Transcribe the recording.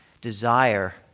desire